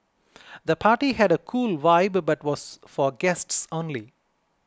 the party had a cool vibe but was for guests only